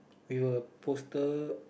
with a poster